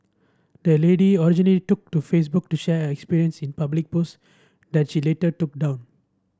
the lady originally took to Facebook to share her experience in public post that she later took down